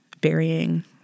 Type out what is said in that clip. burying